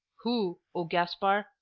who, o gaspar,